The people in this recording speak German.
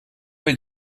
will